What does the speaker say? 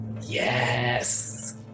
yes